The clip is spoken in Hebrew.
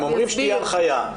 הם אומרים שתהיה הנחיה.